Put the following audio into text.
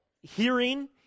hearing